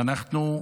ואנחנו,